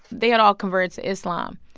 they had all converted to islam.